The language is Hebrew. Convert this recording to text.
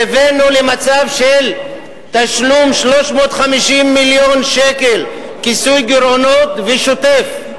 והבאנו למצב של תשלום 350 מיליון שקל כיסוי גירעונות ושוטף,